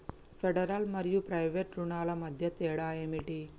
Federal మరియు private రుణాల మధ్య తేడా ఏమిటి?